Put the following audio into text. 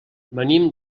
venim